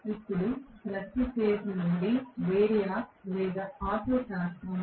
ఇప్పుడు ప్రతి ఫేజ్ నుండి వేరియాక్ లేదా ఆటో ట్రాన్స్ఫార్మర్